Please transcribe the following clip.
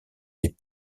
les